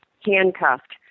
handcuffed